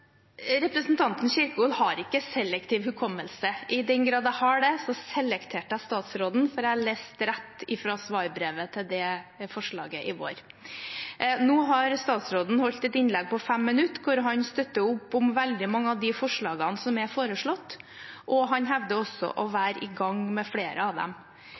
Representanten Kjerkol har ikke selektiv hukommelse. I den grad jeg har det, selekterte jeg statsråden, for jeg leste rett fra statsrådens svarbrev til det forslaget i vår. Nå har statsråden holdt et innlegg på 5 minutter, hvor han støtter opp om veldig mange av de forslagene som er foreslått, og han hevder også å være i gang med flere av dem.